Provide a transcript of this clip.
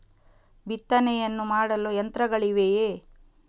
ಬಿತ್ತನೆಯನ್ನು ಮಾಡಲು ಯಂತ್ರಗಳಿವೆಯೇ?